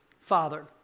Father